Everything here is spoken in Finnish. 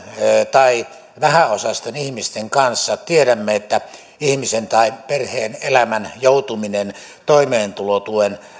tai vähäosaisten ihmisten kanssa tiedämme että ihmisen tai perheen elämän joutuminen toimeentulotuen